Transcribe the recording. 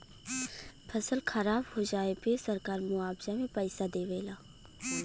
फसल खराब हो जाये पे सरकार मुआवजा में पईसा देवे ला